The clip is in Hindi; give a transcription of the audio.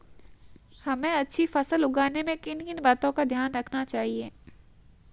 हमें अच्छी फसल उगाने में किन किन बातों का ध्यान रखना चाहिए?